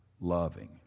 loving